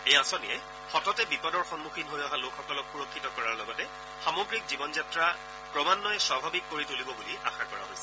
এই আঁচনিয়ে সততে বিপদৰ সন্মুখীন হৈ অহা লোকসকলক সুৰক্ষিত কৰাৰ লগতে সামগ্ৰিক জীৱন যাত্ৰা ক্ৰমান্নয়ে স্বাভাৱিক কৰি তুলিব বুলি আশা কৰা হৈছে